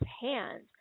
hands